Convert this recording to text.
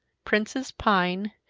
prince's pine,